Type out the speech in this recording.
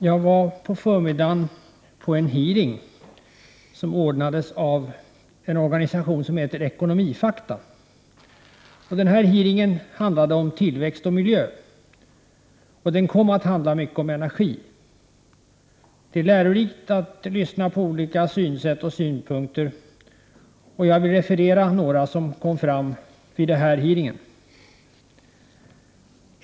Fru talman! På förmiddagen var jag på en hearing som anordnades av en organisation som heter Ekonomifakta. Denna hearing handlade om tillväxt och miljö, och den kom att handla mycket om energi. Det är lärorikt att lyssna på olika synsätt och synpunkter, och jag vill referera några som kom fram vid detta tillfälle.